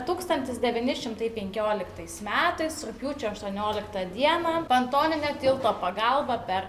tūkstantis devyni šimtai penkioliktais metais rugpjūčio aštuonioliktą dieną pontoninio tilto pagalba per